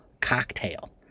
cocktail